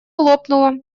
лопнула